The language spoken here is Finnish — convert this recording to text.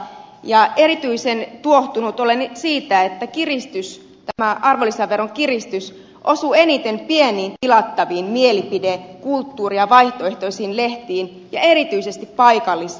ja erityisen tuohtunut olen siitä että tämä arvonlisäveron kiristys osuu eniten pieniin tilattaviin mielipide kulttuuri ja vaihtoehtoisiin lehtiin ja erityisesti paikallislehtiin